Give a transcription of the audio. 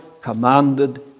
commanded